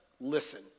listen